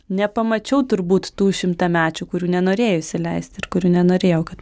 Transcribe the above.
nepamačiau turbūt tų šimtamečių kurių nenorėjo įsileisti ir kurių nenorėjau kad